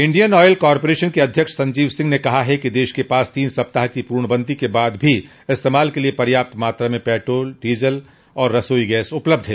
Indian Oil Corporation के अध्यक्ष संजीव सिंह ने कहा है कि देश के पास तीन सप्ताह की पूर्णबंदी के बाद भी इस्तेमाल के लिए पर्याप्त मात्रा में पेट्राल डीजल और रसोई गैस उपलब्ध है